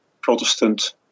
Protestant